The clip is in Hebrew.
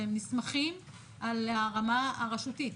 אתם נמסכים על הרמה הרשותית.